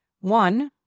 One